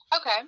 okay